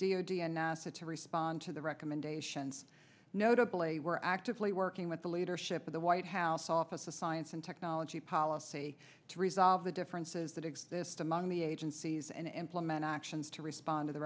nasa to respond to the recommendations notably we're actively working with the leadership of the white house office of science and technology policy to resolve the differences that exist among the agencies and implement actions to respond to the